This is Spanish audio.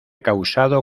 causado